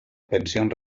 pensión